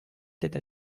tête